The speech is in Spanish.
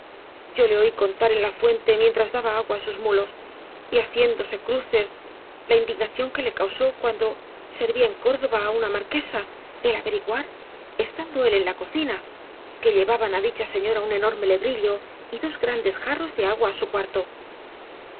yo le oí contar en la fuente mientras daba agua ásus mulos y haciéndose cruces la indigna ción que le causó cuando servía en córdoba á una marquesa el averiguar estando él en la cocina que llevaban á dicha señora un enorme lebrillo y dos grandes jarros de agua á su cuarto